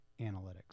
analytics